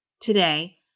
today